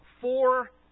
four